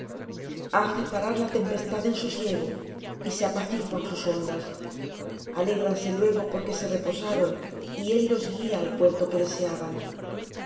hace parar la tempestad en sosiego y se apaciguan sus ondas alégranse luego porque se reposaron y él los guía al puerto que deseaban